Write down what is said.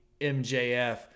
MJF